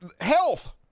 health